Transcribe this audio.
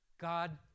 god